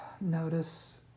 Notice